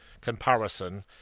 comparison